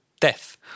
death